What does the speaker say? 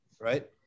right